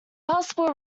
possible